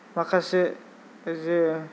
माखासे जे